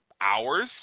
hours